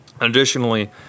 Additionally